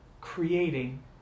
creating